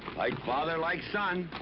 like father, like son.